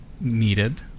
needed